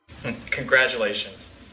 Congratulations